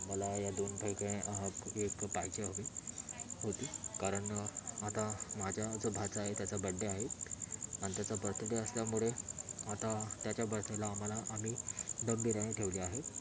मला या दोनपैकी एक पाहिजे हवी होती कारण आता माझा जो भाचा आहे त्याचा बर्थडे आहे आणि त्याचा बर्थडे असल्यामुळे आता त्याच्या बर्थडेला आम्हाला आम्ही दम बिर्यानी ठेवली आहे